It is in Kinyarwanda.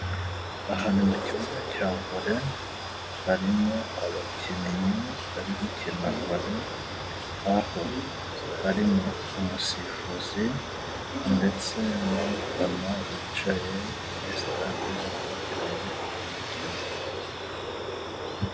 Aha ni mu kibuga cya vole ,harimo abakinnyi bari gukina vole aho harimo umusifuzi ,ndetse n'abafana bicaye muri sitade bakurikiranye uyu mukino.